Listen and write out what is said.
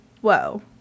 whoa